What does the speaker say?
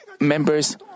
members